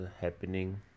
happening